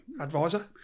Advisor